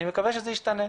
אני מקווה שזה ישתנה.